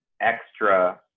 extra